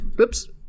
Oops